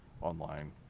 online